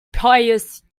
pious